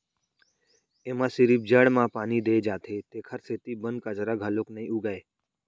एमा सिरिफ जड़ म पानी दे जाथे तेखर सेती बन कचरा घलोक नइ उगय